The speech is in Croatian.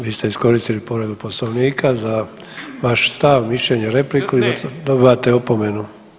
Vi ste iskoristili povredu Poslovnika za vaš stav, mišljenje, repliku … [[Upadica: Ne razumije se.]] dobivate opomenu.